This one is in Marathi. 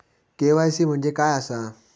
के.वाय.सी म्हणजे काय आसा?